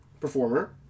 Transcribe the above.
performer